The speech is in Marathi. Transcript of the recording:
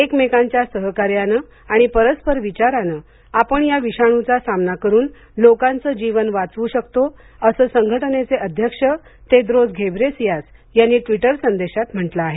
एकमेकांच्या सहकार्याने आणि परस्पर विचाराने आपण या विषाणूचा सामना करून लोकांचं जीवन वाचवू शकतो असं संघटनेचे अध्यक्ष टेद्रोस घेब्रेसियास यांनी ट्विटर संदेशात म्हंटल आहे